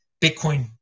Bitcoin